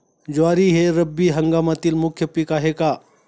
ज्वारी हे रब्बी हंगामातील मुख्य पीक आहे का?